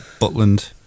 Butland